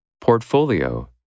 Portfolio